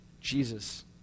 Jesus